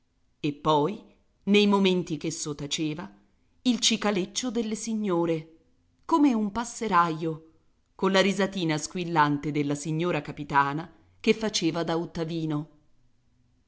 e poi nei momenti ch'esso taceva il cicaleccio delle signore come un passeraio con la risatina squillante della signora capitana che faceva da ottavino